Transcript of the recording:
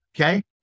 Okay